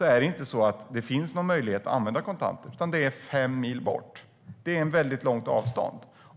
närmaste ställe är fem mil bort. Det är ett långt avstånd.